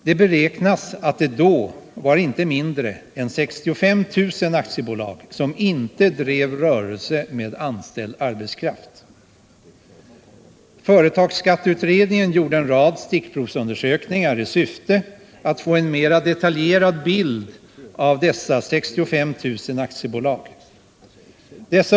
Det beräknas att det då var inte mindre — Nr 56 än 65 000 aktiebolag som inte drev rörelse med anställd arbetskraft. Företagsskatteutredningen gjorde en rad stickprovsundersökningar i syfte att få en mera detaljerad bild av dessa 65 000 aktiebolag.